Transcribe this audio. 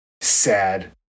Sad